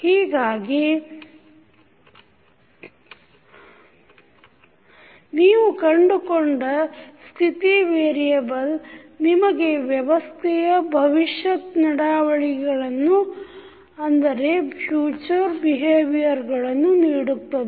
ಹೀಗಾಗಿ ನೀವು ಕಂಡುಕೊಂಡ ಸ್ಥಿತಿ ವೇರಿಯೆಬಲ್ ನಿಮಗೆ ವ್ಯವಸ್ಥೆಯ ಭವಿಷ್ಯತ್ ನಡಾವಳಿಗಳನ್ನು ನೀಡುತ್ತದೆ